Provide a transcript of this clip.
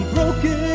Broken